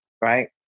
right